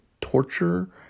torture